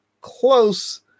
close